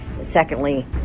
Secondly